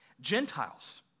Gentiles